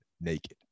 naked